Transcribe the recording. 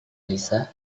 lisa